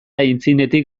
aitzinetik